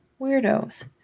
weirdos